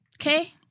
Okay